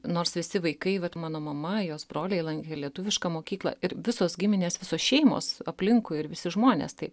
nors visi vaikai vat mano mama jos broliai lankė lietuvišką mokyklą ir visos giminės visos šeimos aplinkui ir visi žmonės taip